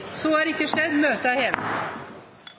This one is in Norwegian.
Så er ikke skjedd.